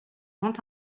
grand